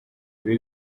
ibi